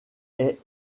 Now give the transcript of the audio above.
est